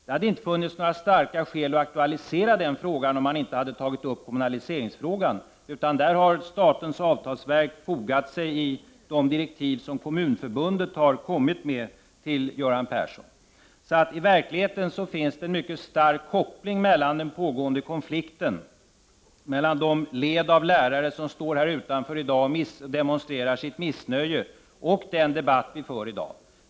Det hade inte funnits några starka skäl att aktualisera den frågan om man inte hade tagit upp kommunaliseringsfrågan, utan statens avtalsverk har fogat sig i de direktiv som Kommunförbundet har kommit med till Göran Persson. I verkligheten finns det alltså en mycket stark koppling mellan den pågående konflikten och de led av lärare som står här utanför i dag och demonstrerar sitt missnöje och den debatt som vi för.